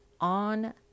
on